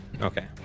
Okay